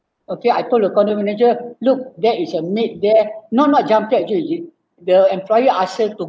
okay I told the condo manager look that is the maid there not not jumped act~ actually the employer ask her to